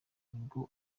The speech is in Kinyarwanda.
nibwo